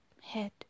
head